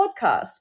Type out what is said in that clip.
podcast